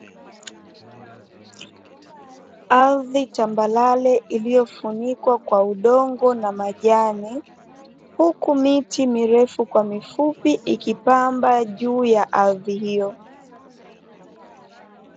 Ardhi tambalale, iliyofunikwa kwa udongo na majani, huku miti mirefu kwa mifupi ikipamba juu ya ardhi hiyo.